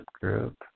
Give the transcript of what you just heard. group